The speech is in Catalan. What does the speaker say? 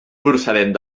procedent